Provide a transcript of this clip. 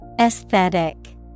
Aesthetic